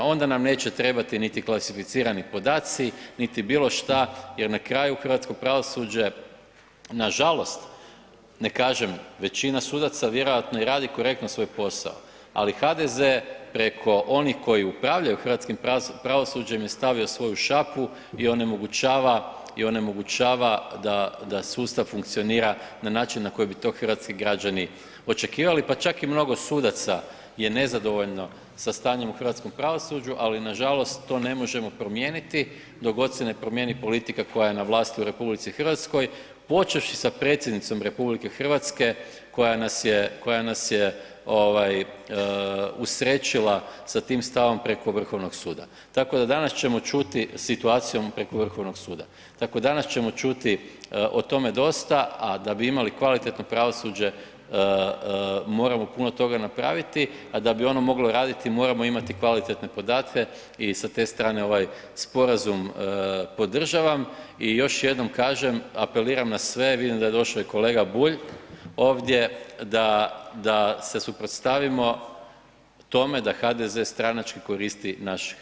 Onda nam neće trebati niti klasificirani podaci niti bilo što jer na kraju, hrvatsko pravosuđe nažalost, ne kažem, većina sudaca vjerojatno i radi korektno svoj posao, ali HDZ preko onih koji upravljaju hrvatskim pravosuđem je stavio svoju šapu i onemogućava da sustav funkcionira na način na koji bi to hrvatski građani očekivali, pa čak i mnogo sudaca je nezadovoljno sa stanjem u hrvatskom pravosuđu, ali nažalost to ne možemo promijeniti dok god se ne promijeni politika koja je na vlasti u RH, počevši sa predsjednicom RH koja nas je, koja nas je ovaj usrećila sa tim stavom preko Vrhovnog suda, tako da danas ćemo čuti situacijom preko Vrhovnog suda, tako danas ćemo čuti o tome dosta, a da bi imali kvalitetno pravosuđe moramo puno toga napraviti, a da bi ono moglo raditi moramo imati kvalitetne podatke i sa te strane ovaj sporazum podržavam i još jednom kažem, apeliram na sve, vidim da je došo i kolega Bulj ovdje, da, da se suprotstavimo tome da HDZ stranački koristi naš HS.